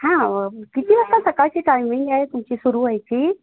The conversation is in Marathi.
हां किती वाजता सकाळची टायमिंग आहे तुमची सुरू व्हायची